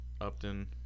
Upton